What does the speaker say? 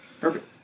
Perfect